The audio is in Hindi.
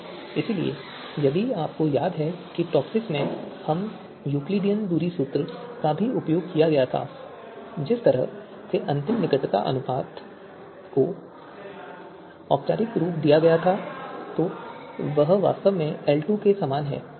इसलिए यदि आपको याद है कि टॉपसिस में हमने यूक्लिडियन दूरी सूत्र का भी उपयोग किया था और जिस तरह से अंतिम निकटता अनुपात को औपचारिक रूप दिया गया था तो वह वास्तव में L2 के समान है